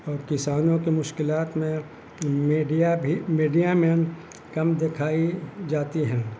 اور کسانوں کے مشکلات میں میڈیا بھی میڈیا میں کم دکھائی جاتی ہیں